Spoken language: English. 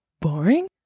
boring